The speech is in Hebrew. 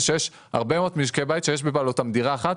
זה שיש הרבה מאוד משקי בית שיש בבעלותם דירה אחת,